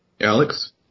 Alex